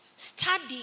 Study